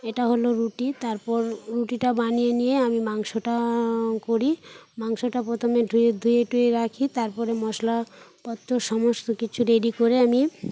এটা হলো রুটি তারপর রুটিটা বানিয়ে নিয়ে আমি মাংসটা করি মাংসটা প্রথমে ধুয়ে ধুয়ে টুয়ে রাখি তার পরে মশলা পত্র সমস্ত কিছু রেডি করে আমি